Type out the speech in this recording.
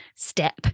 step